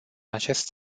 acest